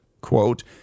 quote